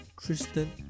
Tristan